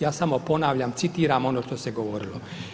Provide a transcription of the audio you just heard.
Ja samo ponavljam citiram ono što se govorilo.